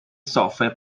software